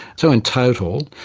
so in total,